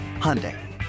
Hyundai